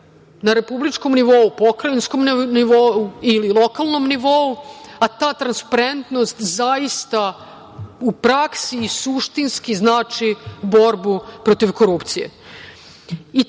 na republičkom nivou, pokrajinskom nivou ili lokalnom nivou, a ta transparentnost, zaista, u praksi i suštinski, znači borbu protiv korupcije. Treći